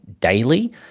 daily